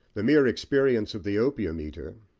the mere experience of the opium-eater,